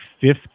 fifth